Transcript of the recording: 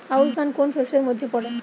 আউশ ধান কোন শস্যের মধ্যে পড়ে?